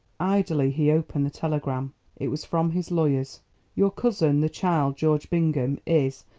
idly he opened the telegram it was from his lawyers your cousin, the child george bingham, is,